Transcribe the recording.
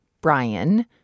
Brian